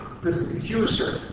persecution